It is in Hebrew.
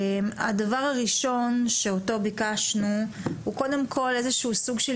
הדבר הראשון שאותו ביקשנו הוא קודם כל איזה שהוא סוג של